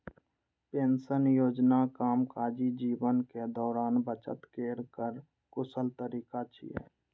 pension योजना कामकाजी जीवनक दौरान बचत केर कर कुशल तरीका छियै